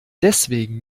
deswegen